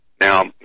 Now